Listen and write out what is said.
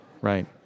Right